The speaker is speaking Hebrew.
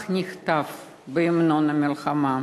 כך נכתב בהמנון המלחמה: